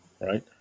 right